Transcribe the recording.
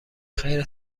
خیر